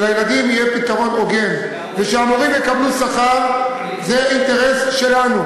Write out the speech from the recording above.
שלילדים יהיה פתרון הוגן ושהמורים יקבלו שכר זה אינטרס שלנו,